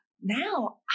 Now